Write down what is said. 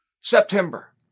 September